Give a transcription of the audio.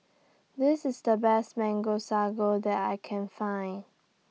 This IS The Best Mango Sago that I Can Find